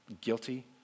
Guilty